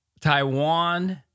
Taiwan